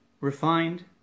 refined